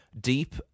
deep